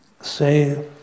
say